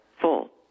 full